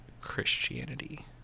christianity